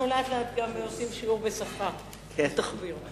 לאט לאט אנחנו גם עושים שיעור בשפה, בתחביר.